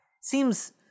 Seems